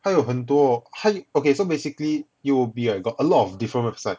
他有很多他有 okay so basically it will be like got a lot of different website